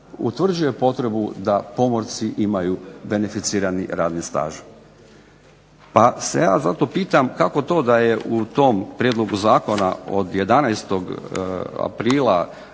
utvrđuje potrebu da pomorci imaju beneficirani radni staž. Pa se ja zato pitam kako to da je u tom prijedlogu zakona od 11. aprila